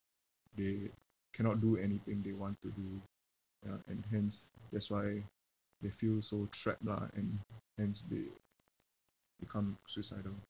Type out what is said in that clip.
they cannot do anything they want to do ya and hence that's why they feel so trapped lah and hence they become suicidal